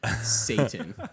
Satan